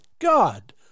god